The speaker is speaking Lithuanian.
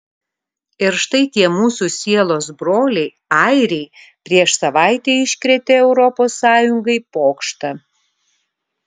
ir štai tie mūsų sielos broliai airiai prieš savaitę iškrėtė europos sąjungai pokštą